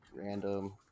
Random